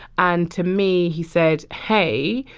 and to me, he said, hey,